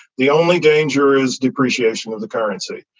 the only danger is depreciation of the currency.